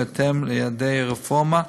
בהתאם ליעדי הרפורמה.